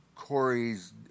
Corey's